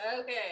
okay